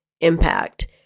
impact